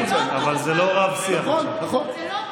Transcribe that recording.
זה לא אותו דבר.